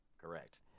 Correct